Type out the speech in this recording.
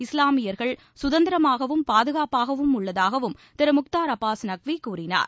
இஸ்லாமியர்கள் சுதந்திரமாகவும் பாதுகாப்பாகவும் உள்ளதாகவும் திரு முக்தார் அப்பாஸ் நக்வி கூறினார்